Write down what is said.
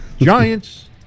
Giants